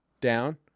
Down